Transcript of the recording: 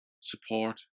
support